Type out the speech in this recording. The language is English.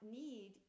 need